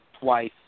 twice